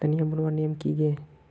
धनिया बूनवार नियम की गे?